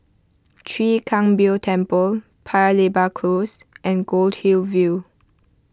Chwee Kang Beo Temple Paya Lebar Close and Goldhill View